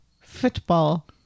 Football